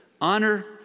honor